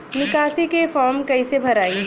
निकासी के फार्म कईसे भराई?